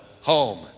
home